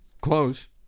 Close